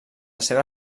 seva